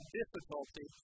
difficulty